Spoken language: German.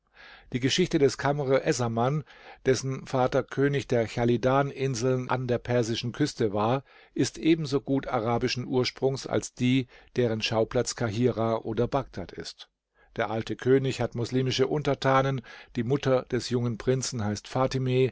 die geschichte des kamr essaman dessen vater könig der chalidaninseln an der persischen küste war ist ebensogut arabischen ursprungs als die deren schauplatz kahirah oder bagdad ist der alte könig hat moslimische untertanen die mutter des jungen prinzen heißt fatimeh